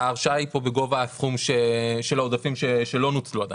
היא בגובה הסכום של העודפים שלא נוצלו עדיין,